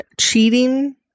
cheating